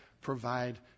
provide